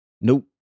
Nope